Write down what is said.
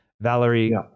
Valerie